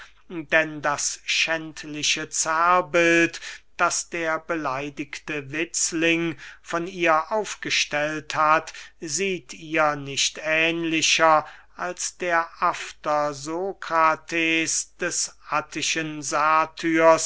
denn das schändliche zerrbild das der beleidigte witzling von ihr aufgestellt hat sieht ihr nicht ähnlicher als der after sokrates des attischen